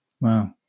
wow